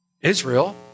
Israel